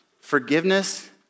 Forgiveness